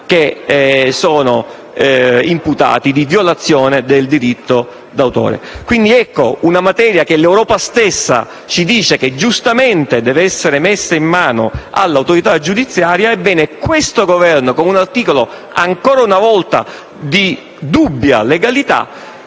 soggetti imputati della violazione del diritto d'autore. Quindi, ecco che, su una materia che l'Europa stessa ci dice che giustamente deve essere messa in mano all'autorità giudiziaria, questo Governo, con un articolo ancora una volta di dubbia legalità,